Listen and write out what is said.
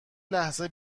لحظه